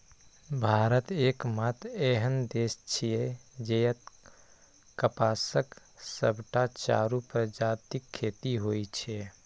भारत एकमात्र एहन देश छियै, जतय कपासक सबटा चारू प्रजातिक खेती होइ छै